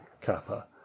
Kappa